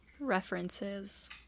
references